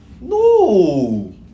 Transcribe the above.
No